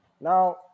Now